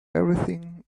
everything